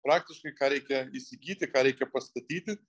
praktiškai ką reikia įsigyti ką reikia pastatyti